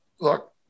look